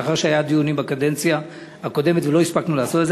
לאחר שהיו דיונים בקדנציה הקודמת ולא הספקנו לעשות את זה.